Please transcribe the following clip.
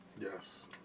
yes